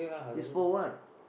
is for what